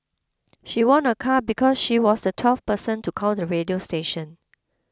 she won a car because she was the twelfth person to call the radio station